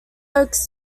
oaks